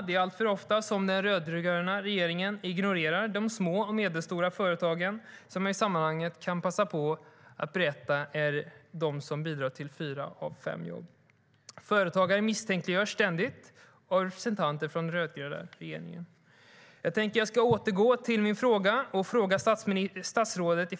Det är alltför ofta som den rödgröna regeringen ignorerar de små och medelstora företagen, som jag i sammanhanget kan passa på att berätta är de som bidrar till fyra av fem jobb. Företagare misstänkliggörs ständigt av representanter från den rödgröna regeringen. Jag ska återgå till den fråga jag ställde i interpellationen.